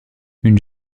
une